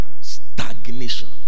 Stagnation